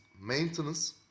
maintenance